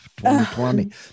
2020